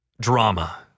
drama